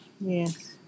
Yes